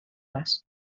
les